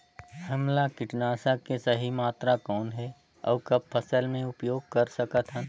हमला कीटनाशक के सही मात्रा कौन हे अउ कब फसल मे उपयोग कर सकत हन?